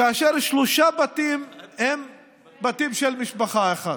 כאשר שלושה בתים הם בתים של משפחה אחת.